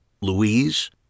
Louise